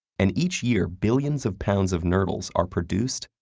and each year, billions of pounds of nurdles are produced,